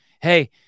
Hey